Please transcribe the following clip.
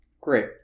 Great